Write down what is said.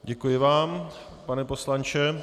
Děkuji vám, pane poslanče.